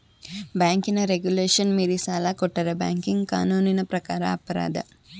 ಬ್ಯಾಂಕಿನ ರೆಗುಲೇಶನ್ ಮೀರಿ ಸಾಲ ಕೊಟ್ಟರೆ ಬ್ಯಾಂಕಿಂಗ್ ಕಾನೂನಿನ ಪ್ರಕಾರ ಅಪರಾಧ